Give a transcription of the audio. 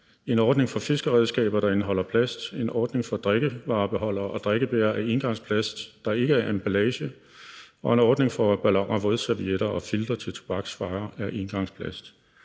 en ordning for fiskeredskaber, der indeholder plast, en ordning for drikkevarebeholdere og drikkebægere af engangsplast, der ikke er emballage, og en ordning for balloner, vådservietter og filtre til tobaksvarer af engangsplast.